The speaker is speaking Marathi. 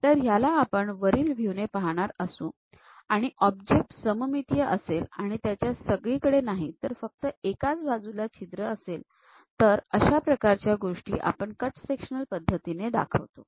तर याला आपण वरील व्ह्यू ने पाहणार असू आणि ऑब्जेक्ट सममितीय असेल आणि त्याच्या सगळीकडे नाही तर फक्त एकाच बाजूला छिद्र असेल तर आपण अशा प्रकारच्या गोष्टी कट सेक्शनल पद्धतीने दर्शवितो